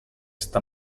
sta